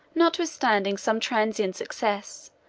notwithstanding some transient success,